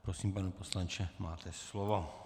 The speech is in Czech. Prosím, pane poslanče, máte slovo.